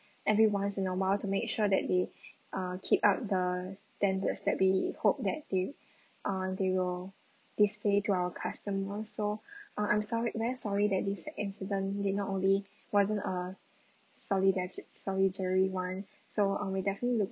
everyone's in a while to make sure that they uh keep up the standards that we hope that they'll uh they will display to our customers so uh I'm sorry very sorry that this incident did not only wasn't a soli~ that is solitary one so um we definitely look